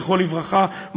זכרו לברכה,